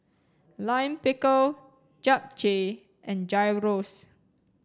Lime Pickle Japchae and Gyros